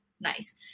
Nice